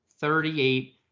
thirty-eight